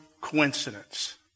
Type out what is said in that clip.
coincidence